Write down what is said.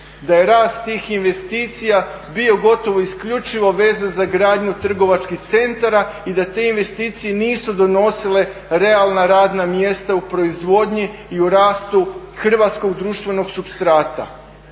da je rast tih investicija bio gotovo isključivo vezan za izgradnju trgovačkih centara i da te investicije nisu donosile realna radna mjesta u proizvodnju i u rastu hrvatskog društvenog supstrata.